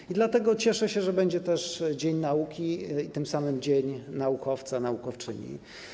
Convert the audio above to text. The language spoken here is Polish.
I dlatego cieszę się, że będzie też dzień nauki i tym samym dzień naukowca, naukowczyni.